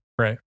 Right